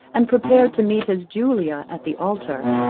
and prepared to meet his julia at the altar.